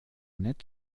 nett